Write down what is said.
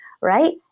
right